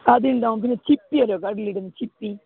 അതിണ്ടാവും പിന്നെ ചിപ്പിയറിയുവോ കടലിൽകിട്ടുന്ന ചിപ്പി